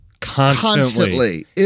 constantly